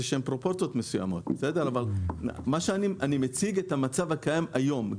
אני מציג את המצב שקיים היום.